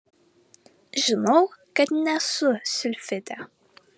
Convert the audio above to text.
žinau kad nesu silfidė